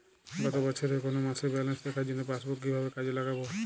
গত বছরের কোনো মাসের ব্যালেন্স দেখার জন্য পাসবুক কীভাবে কাজে লাগাব?